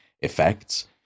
effects